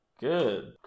good